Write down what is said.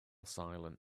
silent